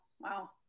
Wow